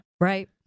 right